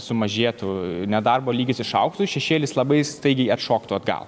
sumažėtų nedarbo lygis išaugtų šešėlis labai staigiai atšoktų atgal